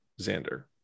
Xander